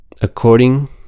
According